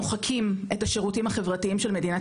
מוחקים את השירותים החברתיים של מדינת